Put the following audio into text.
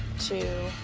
two,